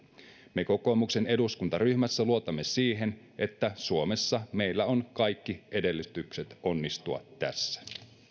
me kokoomuksen eduskuntaryhmässä luotamme siihen että suomessa meillä on kaikki edellytykset onnistua tässä